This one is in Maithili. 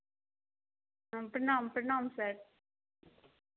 प्रणाम प्रणाम सर